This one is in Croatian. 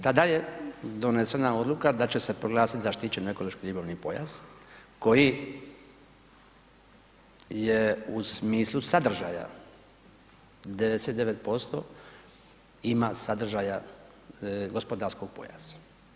Tada je donesena odluka da će se proglasiti zaštićeni ekološko-ribolovni pojas koji je u smislu sadržaja 99% ima sadržaja gospodarskog pojasa.